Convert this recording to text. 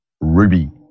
Ruby